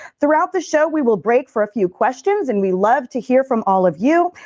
throughout the show we will break for a few questions and we love to hear from all of you.